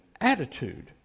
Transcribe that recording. attitude